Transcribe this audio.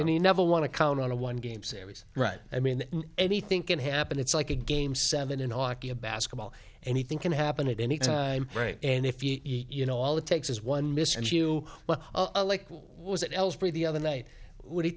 and he never want to count on a one game series right i mean anything can happen it's like a game seven in hockey a basketball anything can happen at any time and if you you know all it takes is one miss and you well a like what was it else for the other night what do you